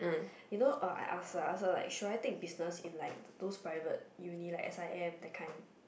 you know uh I ask her I ask her like should I take business in like those private uni like S_I_M that kind